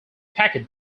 packet